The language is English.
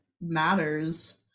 matters